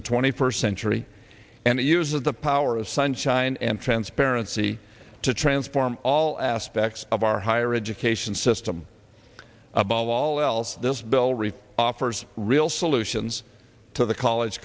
the twenty first century and the use of the power of sunshine and transparency to transform all aspects of our higher education system above all else this bill reeve offers real solutions to the college